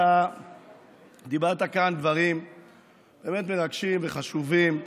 אתה אמרת כאן דברים באמת מרגשים וחשובים.